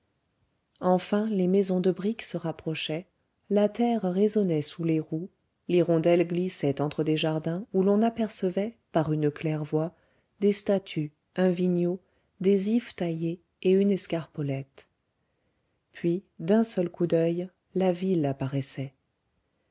enfin les maisons de briques se rapprochaient la terre résonnait sous les roues l'hirondelle glissait entre des jardins où l'on apercevait par une claire-voie des statues un vignot des ifs taillés et une escarpolette puis d'un seul coup d'oeil la ville apparaissait